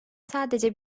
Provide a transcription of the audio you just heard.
sadece